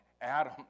Adam